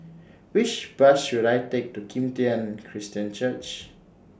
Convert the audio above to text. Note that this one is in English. Which Bus should I Take to Kim Tian Christian Church